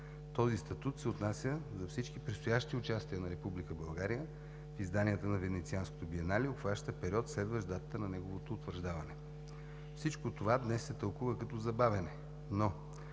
Този статут се отнася за всички предстоящи участия на Република България в изданията на Венецианското биенале, обхваща период, следващ датата на неговото утвърждаване. Всичко това днес се тълкува като забавяне, но